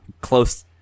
close